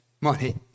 money